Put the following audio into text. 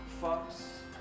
fox